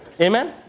Amen